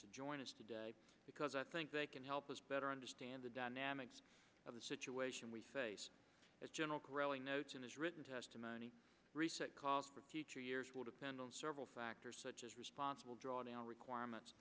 to join us today because i think they can help us better understand the dynamics of the situation we face as general corralling notes in his written testimony reset calls for future years will depend on several factors such as responsible drawdown requirements